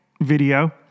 video